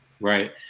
right